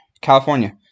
California